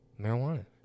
marijuana